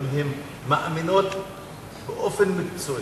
אם הן מאמינות באופן מקצועי,